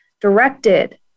directed